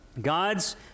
God's